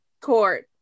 court